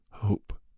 Hope